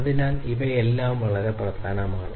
അതിനാൽ ഇവ വളരെ പ്രധാനമാണ്